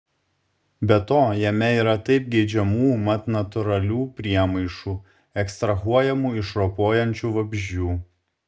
be to jame yra taip geidžiamų mat natūralių priemaišų ekstrahuojamų iš ropojančių vabzdžių